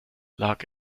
lag